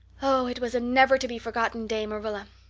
oh, it was a never-to-be-forgotten day, marilla.